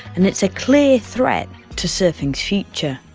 and it's a clear threat to surfing's future.